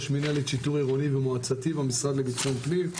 ראש מנהלת שיטור עירוני ומועצתי במשרד לביטחון פנים.